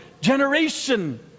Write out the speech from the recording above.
generation